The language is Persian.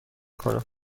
کنم